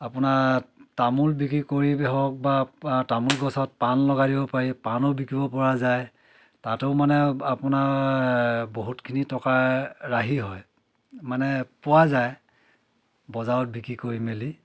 আপোনাৰ তামোল বিক্ৰী কৰি হওক বা তামোল গছত পাণ লগাই দিব পাৰি পাণো বিক্ৰীব পৰা যায় তাতো মানে আপোনাৰ বহুতখিনি টকাৰ ৰাহি হয় মানে পোৱা যায় বজাৰত বিক্ৰী কৰি মেলি